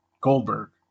Goldberg